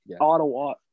Ottawa